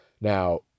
Now